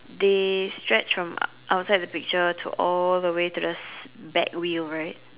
they stretch from outside the picture to all the way to the back wheel right